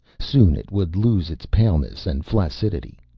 soon it would lose its paleness and flaccidity,